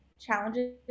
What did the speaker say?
challenges